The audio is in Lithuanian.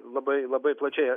labai labai plačiai